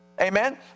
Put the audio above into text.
Amen